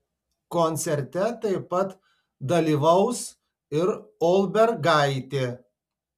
koncerte taip pat dalyvaus ir olbergaitė